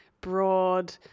broad